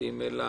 המשפטים אלא